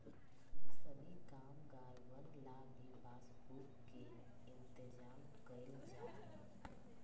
सभी कामगारवन ला भी पासबुक के इन्तेजाम कइल जा हई